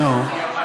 נו?